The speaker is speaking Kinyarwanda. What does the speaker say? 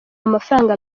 amafaranga